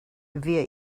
via